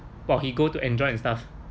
while he go to enjoy and stuff